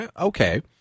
Okay